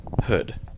hood